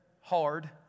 hard